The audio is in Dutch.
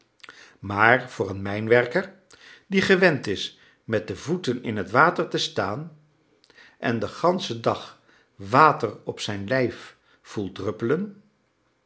maar voor een mijnwerker die gewend is met de voeten in het water te staan en den ganschen dag water op zijn lijf voelt druppelen